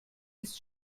ist